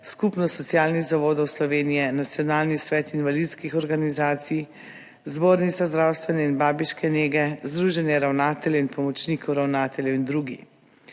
Skupnost socialnih zavodov Slovenije, Nacionalni svet invalidskih organizacij, Zbornica zdravstvene in babiške nege Slovenije, Združenje ravnateljev in pomočnikov ravnateljev in drugi,